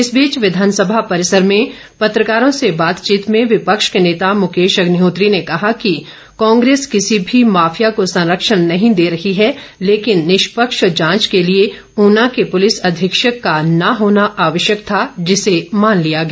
इस बीच विधानसभा परिसर में पत्रकारों से बातचीत में विपक्ष के नेता मुकेश अग्निहोत्री ने कहा कि कांग्रेस किसी भी माफिया को संरक्षण नहीं दे रही है लेकिन निष्पक्ष जांच के लिए ॅऊना के पूलिस अधीक्षक का न होना आवश्यक था जिसे मान लिया गया